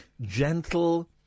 gentle